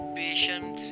patient